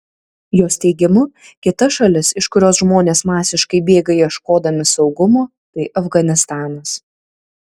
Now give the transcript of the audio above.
jos teigimu kita šalis iš kurios žmonės masiškai bėga ieškodami saugumo tai afganistanas